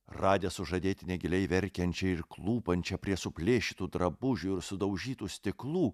radęs sužadėtinę giliai verkiančią ir klūpančią prie suplėšytų drabužių ir sudaužytų stiklų